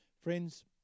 Friends